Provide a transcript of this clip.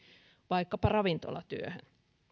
vaikkapa ravintolatyöhön